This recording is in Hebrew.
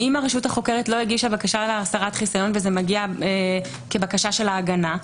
ואם הרשות החוקרת לא הגישה בקשה להסרת חיסיון וזה מגיע כבקשה של ההגנה?